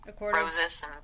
Roses